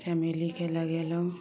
चमेलीके लगेलहुँ